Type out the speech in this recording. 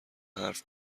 حرف